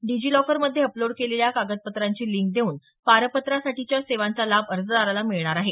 डिजीलॉकरमध्ये अपलोड केलेल्या कागदपत्रांची लिंक देऊन पारपत्रांसाठीच्या सेवांचा लाभ अर्जदाराला मिळणार आहे